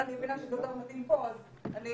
ואני מבינה שזה יותר מתאים לפה, אז אני